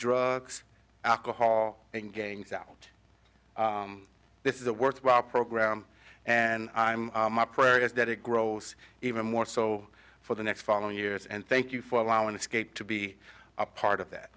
drugs alcohol and gangs out this is a worthwhile program and i'm my prayer is that it grows even more so for the next following years and thank you for allowing escape to be a part of that